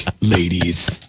ladies